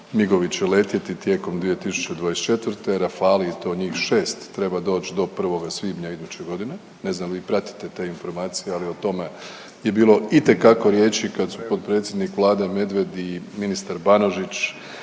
MIG-ovi će letjeti tijekom 2024., Rafalei i to njih 6 treba doći do 1. svibnja iduće godine, ne znam, vi pratite te informacije, ali o tome je bilo itekako riječi kad su potpredsjednik Vlade Medved i ministar Banožić